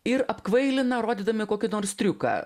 ir apkvailina rodydami kokį nors triuką